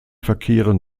verkehren